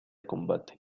combate